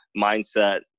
mindset